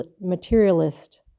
materialist